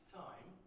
time